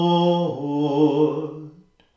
Lord